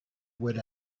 with